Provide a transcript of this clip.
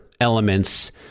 elements